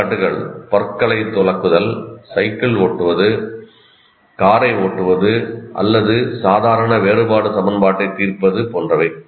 எடுத்துக்காட்டுகள் பற்களைத் துலக்குதல் சைக்கிள் ஓட்டுவது காரை ஓட்டுவது அல்லது சாதாரண வேறுபாடு சமன்பாட்டைத் தீர்ப்பது போன்றவை